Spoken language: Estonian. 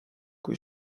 kui